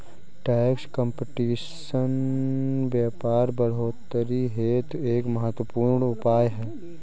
tax competition व्यापार बढ़ोतरी हेतु एक महत्वपूर्ण उपाय है